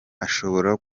ashobora